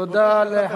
תודה שנתת לי לדבר.